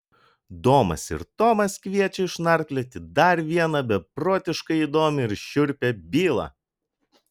domas ir tomas kviečia išnarplioti dar vieną beprotiškai įdomią ir šiurpią bylą